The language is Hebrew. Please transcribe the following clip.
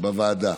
בוועדה.